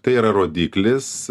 tai yra rodiklis